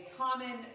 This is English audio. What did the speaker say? common